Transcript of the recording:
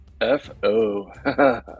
F-O